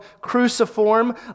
cruciform